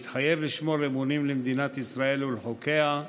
מתחייב לשמור אמונים למדינת ישראל ולחוקיה,